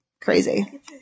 crazy